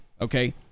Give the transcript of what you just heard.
Okay